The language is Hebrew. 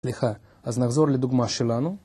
הליכה. אז נחזור לדוגמה שלנו.